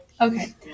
okay